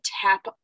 tap